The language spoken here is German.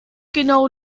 genau